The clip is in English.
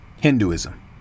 Hinduism